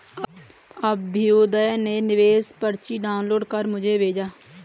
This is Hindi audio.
अभ्युदय ने निवेश पर्ची डाउनलोड कर मुझें भेजा